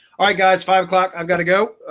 alright guys, five o'clock. i've got to go.